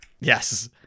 Yes